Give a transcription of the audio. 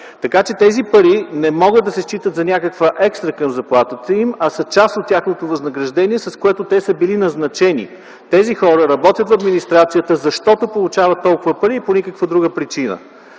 Така че тези пари не могат да се считат за някаква екстра към заплатите им, а са част от тяхното възнаграждение, с което те са били назначени. Тези хора работят в администрацията, защото получават толкова пари и по никаква друга причина.